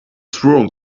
sworn